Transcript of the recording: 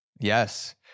Yes